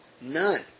None